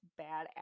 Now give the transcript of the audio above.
badass